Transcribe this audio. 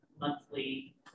monthly